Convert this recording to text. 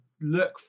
Look